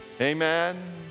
Amen